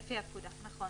נכון.